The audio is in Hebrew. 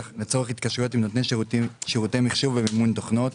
לצורך התקשרויות עם נותני שירותי מחשוב ומימון תוכנות.